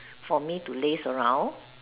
for me to laze around